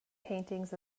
paintings